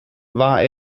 war